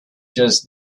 just